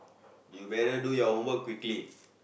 you better do your homework quickly